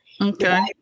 Okay